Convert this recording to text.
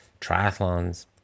triathlons